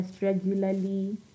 regularly